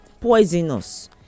poisonous